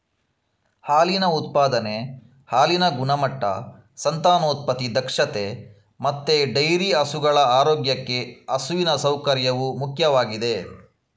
ಹಾಲಿನ ಉತ್ಪಾದನೆ, ಹಾಲಿನ ಗುಣಮಟ್ಟ, ಸಂತಾನೋತ್ಪತ್ತಿ ದಕ್ಷತೆ ಮತ್ತೆ ಡೈರಿ ಹಸುಗಳ ಆರೋಗ್ಯಕ್ಕೆ ಹಸುವಿನ ಸೌಕರ್ಯವು ಮುಖ್ಯವಾಗಿದೆ